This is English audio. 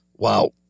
Wow